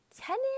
tennis